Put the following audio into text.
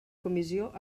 comissió